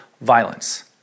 violence